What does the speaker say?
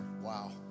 Wow